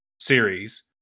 series